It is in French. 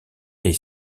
est